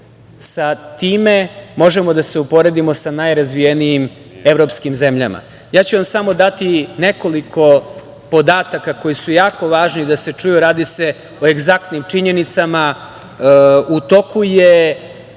sa time možemo da se uporedimo sa najrazvijenijim evropskim zemljama. Ja ću vam samo dati nekoliko podataka koji su jako važni da se čuju, a radi se o egzaktnim činjenicama. U toku je